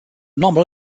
novel